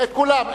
את כולם,